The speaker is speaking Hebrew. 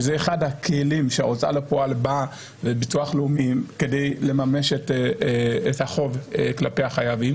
אחד הכלים שההוצאה לפועל באה כדי לממש את החוב כלפי החייבים,